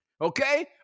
okay